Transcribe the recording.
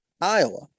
Iowa